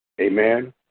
Amen